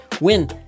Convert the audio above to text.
win